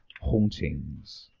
hauntings